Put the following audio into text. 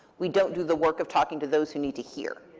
we don't do the work of talking to those who need to hear.